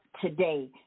today